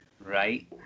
Right